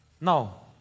Now